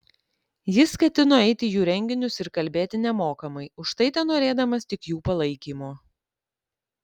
jis ketino eiti į jų renginius ir kalbėti nemokamai už tai tenorėdamas tik jų palaikymo